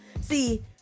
See